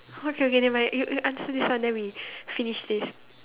okay okay nevermind you you answer this one then we finish this